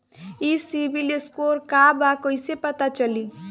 ई civil score का बा कइसे पता चली?